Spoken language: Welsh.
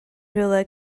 rhywle